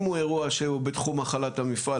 אם הוא אירוע שהוא בתחום החלת המפעל,